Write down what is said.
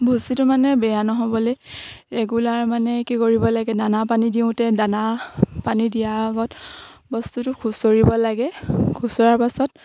ভুচিটো মানে বেয়া নহ'বলে ৰেগুলাৰ মানে কি কৰিব লাগে দানা পানী দিওঁতে দানা পানী দিয়াৰ আগত বস্তুটো খুচুৰিব লাগে খুচৰাৰ পাছত